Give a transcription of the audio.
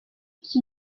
iki